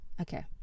Okay